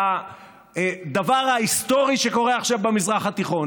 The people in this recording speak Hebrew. את הדבר ההיסטורי שקורה עכשיו במזרח התיכון,